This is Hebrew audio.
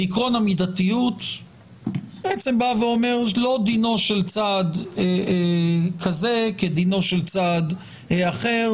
ועיקרון המידתיות אומר שלא דינו של צעד כזה כדינו של צעד אחר,